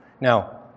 Now